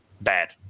bad